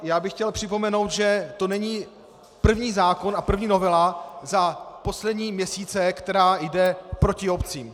Já bych chtěl připomenout, že to není první zákon a první novela za poslední měsíce, která jde proti obcím.